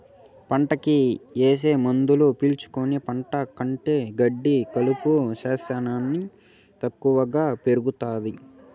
పంటకి ఏసే మందులు పీల్చుకుని పంట కంటే గెడ్డి కలుపు శ్యానా ఎక్కువగా పెరుగుతాది